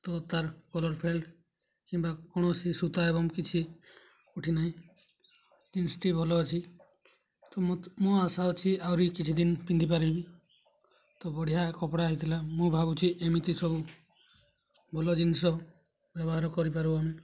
ତ ତାର୍ colour fade କିମ୍ବା କୌଣସି ସୂତା ଏବଂ କିଛି ଉଠି ନାହିଁ ଜିନିଷଟି ଭଲ ଅଛି ତ ମୁଁ ଆଶା ଅଛି ଆହୁରି କିଛି ଦିନ ପିନ୍ଧିପାରିବି ତ ବଢ଼ିଆ କପଡ଼ା ହେଇଥିଲା ମୁଁ ଭାବୁଛି ଏମିତି ସବୁ ଭଲ ଜିନିଷ ବ୍ୟବହାର କରିପାରୁ ଆମେ